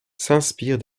s’inspire